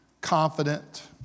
confident